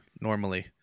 normally